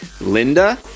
Linda